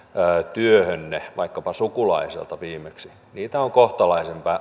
työhönne vaikkapa sukulaiselta niitä on kohtalaisen